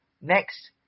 Next